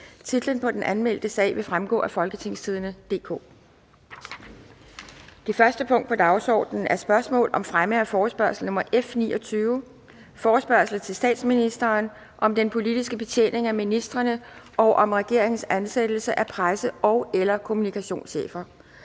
Titlen på den anmeldte sag vil fremgå af www.folketingstidende.dk (jf. ovenfor). --- Det første punkt på dagsordenen er: 1) Spørgsmål om fremme af forespørgsel nr. F 29: Forespørgsel til statsministeren om den politiske betjening af ministrene og om regeringens ansættelse af presse- og/eller kommunikationschefer.